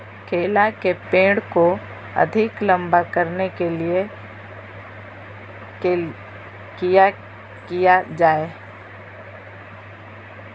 केला के पेड़ को अधिक लंबा करने के लिए किया किया जाए?